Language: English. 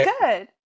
good